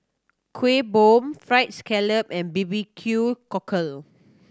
Kuih Bom Fried Scallop and B B Q Cockle